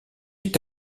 est